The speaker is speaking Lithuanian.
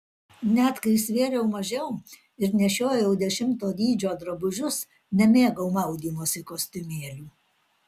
net kai svėriau mažiau ir nešiojau dešimto dydžio drabužius nemėgau maudymosi kostiumėlių